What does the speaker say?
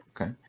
Okay